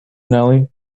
nelly